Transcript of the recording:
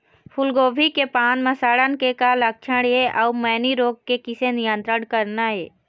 फूलगोभी के पान म सड़न के का लक्षण ये अऊ मैनी रोग के किसे नियंत्रण करना ये?